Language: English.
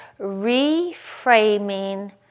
reframing